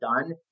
done